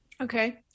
Okay